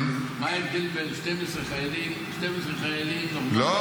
מה ההבדל בין 12 חיילים --- השר